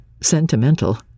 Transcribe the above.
sentimental